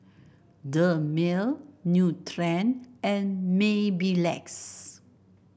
Dermale Nutren and Mepilex